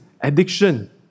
addiction